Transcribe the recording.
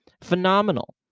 phenomenal